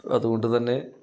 അതുകൊണ്ടു തന്നെ